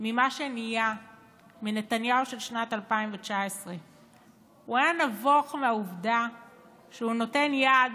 ממה שנהיה מנתניהו של שנת 2019. הוא היה נבוך מהעובדה שהוא נותן יד